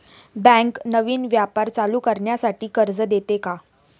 Bank नवीन व्यापार चालू करण्यासाठी कर्ज देते का?